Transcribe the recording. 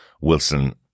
Wilson